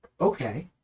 okay